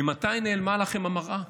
ממתי נעלמה לכם המראה?